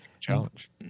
challenge